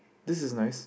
this is nice